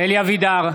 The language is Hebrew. אלי אבידר,